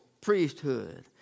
priesthood